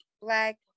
black